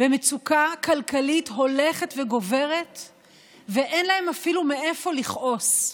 במצוקה כלכלית הולכת וגוברת ואין להם אפילו מאיפה לכעוס.